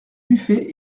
buffet